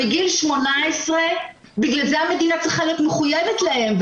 בגלל זה המדינה צריכה להיות מחויבת להם מגיל 18. נכון.